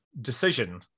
decision